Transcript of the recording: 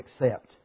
accept